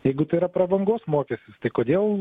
jeigu tai yra prabangos mokestis tai kodėl